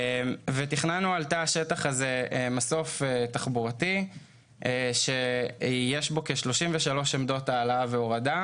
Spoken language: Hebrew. תכננו על תא השטח הזה מסוף תחבורתי שיש בו כ-33 עמדות העלאה והורדה,